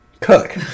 Cook